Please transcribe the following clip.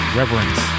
reverence